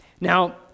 Now